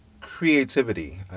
creativity